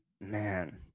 man